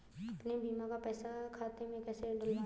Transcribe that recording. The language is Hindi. अपने बीमा का पैसा खाते में कैसे डलवाए?